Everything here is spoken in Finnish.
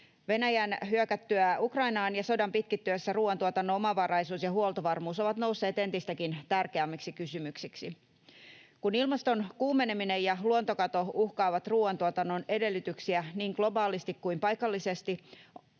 Venäjän hyökättyä Ukrainaan ja sodan pitkittyessä ruoantuotannon omavaraisuus ja huoltovarmuus ovat nousseet entistäkin tärkeämmiksi kysymyksiksi. Kun ilmaston kuumeneminen ja luontokato uhkaavat ruoantuotannon edellytyksiä niin globaalisti kuin paikallisesti,